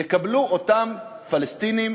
יקבלו אותם פלסטינים